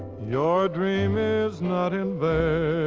your dream is not in vain.